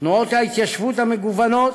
תנועות ההתיישבות המגוונות,